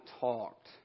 talked